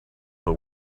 but